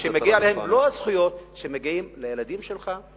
שמגיע להם מלוא הזכויות שמגיעות לילדים שלך,